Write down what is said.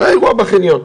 היה אירוע בחניון,